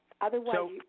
otherwise